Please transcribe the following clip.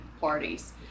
parties